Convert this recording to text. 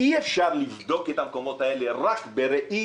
אי אפשר לבדוק את המקומות האלה רק בראי